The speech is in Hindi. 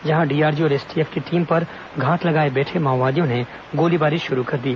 जहां डीआरजी और एसटीएफ की टीम पर घात लगाए बैठे माओवादियों ने गोलीबारी शुरू कर दी